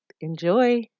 Enjoy